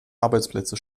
arbeitsplätze